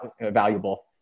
valuable